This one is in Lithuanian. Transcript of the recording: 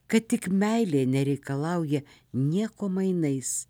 kad tik meilė nereikalauja nieko mainais